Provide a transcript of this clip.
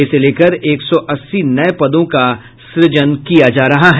इसको लेकर एक सौ अस्सी नये पदों का सुजन किया जा रहा है